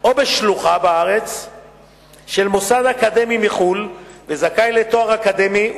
או בשלוחה בארץ של מוסד אקדמי מחוץ-לארץ וזכאי לתואר אקדמי,